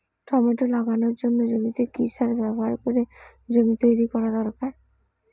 Tomato লাগানোর জন্য জমিতে কি সার ব্যবহার করে জমি তৈরি করা দরকার?